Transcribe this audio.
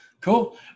Cool